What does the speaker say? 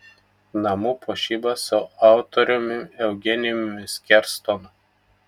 namų puošyba su autoriumi eugenijumi skerstonu